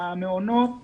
המעונות